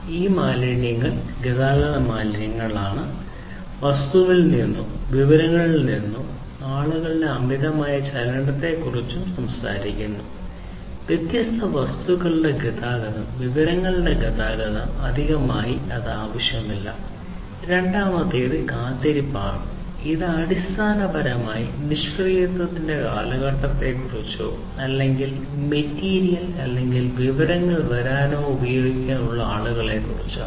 ഈ മാലിന്യങ്ങൾ ഗതാഗത മാലിന്യങ്ങളാണ് ഇത് വസ്തുക്കളിൽ നിന്നോ വിവരങ്ങളിൽ നിന്നോ ആളുകളുടെ അമിതമായ ചലനത്തെക്കുറിച്ച് ആണ് ഇത് അടിസ്ഥാനപരമായി നിഷ്ക്രിയത്വത്തിന്റെ കാലഘട്ടത്തെക്കുറിച്ചോ അല്ലെങ്കിൽ മെറ്റീരിയൽ അല്ലെങ്കിൽ വിവരങ്ങൾ വരാനോ ഉപയോഗിക്കാനോ ഉള്ള ആളുകളെക്കുറിച്ചാണ്